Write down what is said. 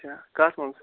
اچھا کتھ مَنٛز